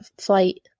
Flight